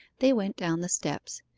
they went down the steps.